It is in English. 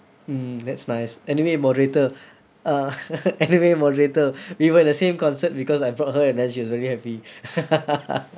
mm that's nice anyway moderator uh anyway moderator we were at the same concert because I brought and then she was very happy